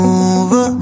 over